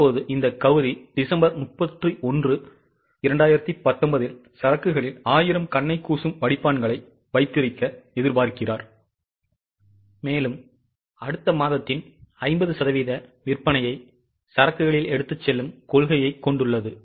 இப்போது இந்த கவுரி டிசம்பர் 31 2019 இல் சரக்குகளில் 1000 கண்ணை கூசும் வடிப்பான்களை வைத்திருக்க எதிர்பார்க்கிறார் மேலும் அடுத்த மாதத்தின் 50 சதவீத விற்பனையை சரக்குகளில் எடுத்துச் செல்லும் கொள்கையைக் கொண்டுள்ளது